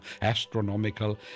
astronomical